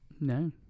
No